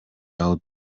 алып